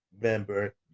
member